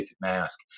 mask